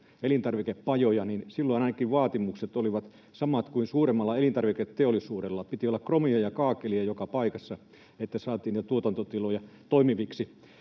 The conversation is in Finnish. elintarvikepajoja, niin silloin ainakin vaatimukset olivat samat kuin suuremmalla elintarviketeollisuudella: piti olla kromia ja kaakelia joka paikassa, että saatiin tuotantotiloja toimiviksi.